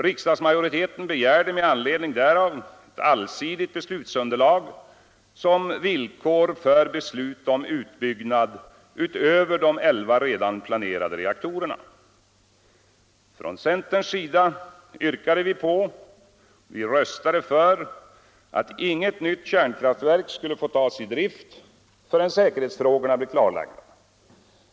Riksdagsmajoriteten begärde med anledning därav ett allsidigt beslutsunderlag som villkor för beslut om utbyggnad utöver de elva redan planerade reaktorerna. Från centerns sida yrkade vi på —- och röstade för — att inget nytt kärnkraftverk skulle få tas i drift förrän säkerhetsfrågorna blev klarlagda.